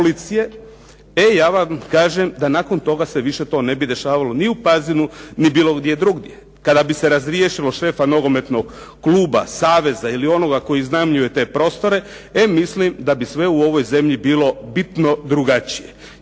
ja vam kažem da nakon toga se više to ne bi dešavalo ni u Pazinu ni bilo gdje drugdje. Kada bi se razriješilo šefa nogometnog kluba, saveza ili onoga koji iznajmljuje te prostore mislim da bi sve u ovoj zemlji bilo bitno drugačije.